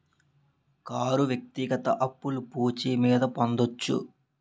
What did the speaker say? car వ్యక్తిగత అప్పులు పూచి మీద పొందొచ్చు